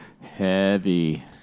heavy